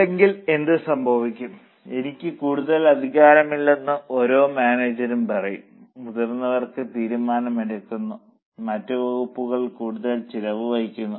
അല്ലെങ്കിൽ എന്ത് സംഭവിക്കും എനിക്ക് കൂടുതൽ അധികാരമില്ലെന്ന് ഓരോ മാനേജരും പറയും മുതിർന്നവർ തീരുമാനമെടുക്കുന്നു മറ്റ് വകുപ്പുകൾ കൂടുതൽ ചെലവ് വഹിക്കുന്നു